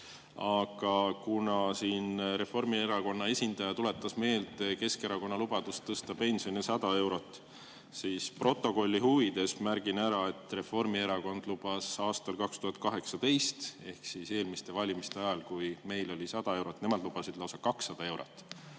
Aga kuna Reformierakonna esindaja tuletas meelde Keskerakonna lubadust tõsta pensione 100 eurot, siis protokolli huvides märgin ära, et Reformierakond aastal 2018 ehk eelmiste valimiste ajal, kui meil oli [lubadus] 100 eurot, lubas [tõsta] lausa 200 eurot.